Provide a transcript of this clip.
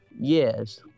yes